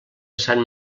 sant